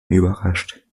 überrascht